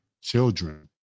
children